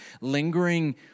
lingering